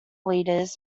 leaders